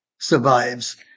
survives